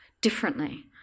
differently